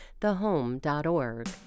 Thehome.org